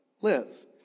live